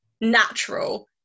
natural